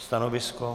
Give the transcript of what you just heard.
Stanovisko?